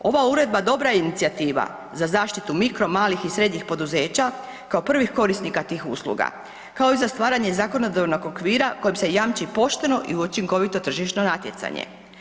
Ova uredba dobra je inicijativa za zaštitu mikro, malih i srednjih poduzeća kao prvih korisnika tih usluga kao i za stvaranje zakonodavnog okvira koji se jamči pošteno i učinkovito tržišno natjecanje.